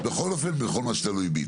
בכל אופן בכל מה שתלוי בי.